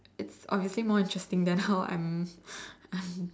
it's obviously more interesting than how I'm I'm